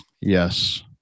Yes